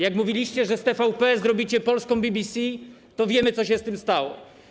Jak mówiliście, że z TVP zrobicie polską BBC, to wiemy, co się z tym stało.